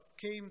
came